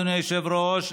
אדוני היושב-ראש,